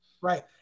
Right